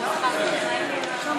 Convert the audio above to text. התשע"ז 2017,